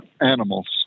animals